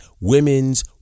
women's